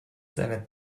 seiner